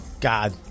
God